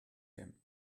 him